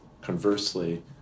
conversely